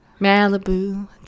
malibu